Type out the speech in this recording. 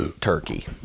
turkey